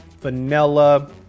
vanilla